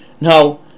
Now